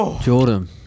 Jordan